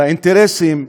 לאינטרסים,